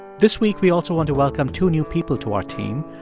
this week we also want to welcome two new people to our team,